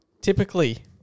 Typically